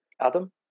Adam